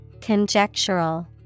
Conjectural